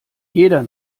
jeder